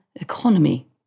economy